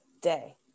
day